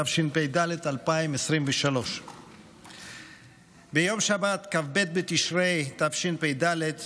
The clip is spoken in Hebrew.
התשפ"ד 2023. ביום שבת כ"ב בתשרי התשפ"ד,